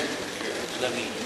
מבנה הקרן.